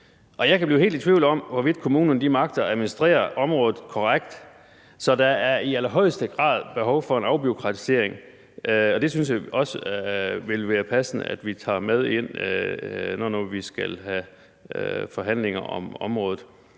jeg kan blive helt i tvivl om, hvorvidt kommunerne magter at administrere området korrekt. Så der er i allerhøjeste grad behov for en afbureaukratisering, og det synes jeg også vil være passende at vi tager med ind, når vi nu skal have forhandlinger om området,